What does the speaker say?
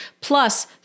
plus